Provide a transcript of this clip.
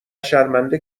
شرمنده